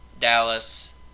Dallas